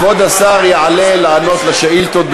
כבוד השר יעלה לענות על שאילתות.